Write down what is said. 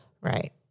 right